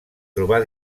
trobar